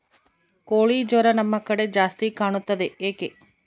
ಕೋಳಿ ಜ್ವರ ನಮ್ಮ ಕಡೆ ಜಾಸ್ತಿ ಕಾಣುತ್ತದೆ ಏಕೆ?